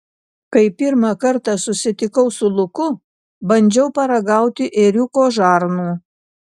kai pirmą kartą susitikau su luku bandžiau paragauti ėriuko žarnų